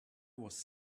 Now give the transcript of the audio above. was